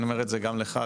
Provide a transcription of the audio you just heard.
אני אומר את זה גם לך,